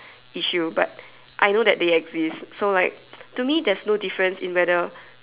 issue but I know that they exist so like to me there's no difference in whether